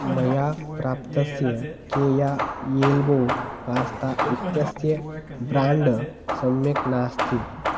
मया प्राप्तस्य केया एल्बो पास्ता इत्यस्य ब्राण्ड् सम्यक् नास्ति